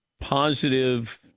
Positive